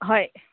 ꯍꯣꯏ